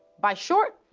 by short,